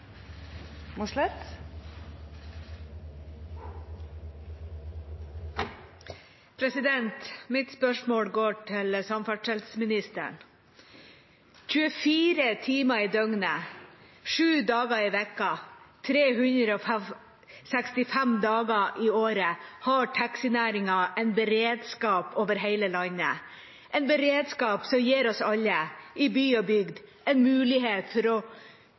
Mitt spørsmål går til samferdselsministeren. 24 timer i døgnet, 7 dager i uka, 365 dager i året har taxinæringen en beredskap over hele landet – en beredskap som gir oss alle, i by og bygd, en mulighet til å